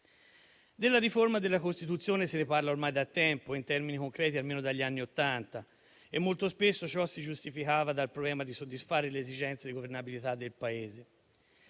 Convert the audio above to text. Della riforma della Costituzione si parla ormai da tempo, in termini concreti almeno dagli anni Ottanta, e molto spesso ciò si giustificava con il problema di soddisfare l'esigenza di governabilità del Paese.